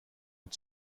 und